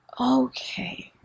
Okay